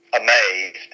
amazed